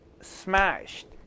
smashed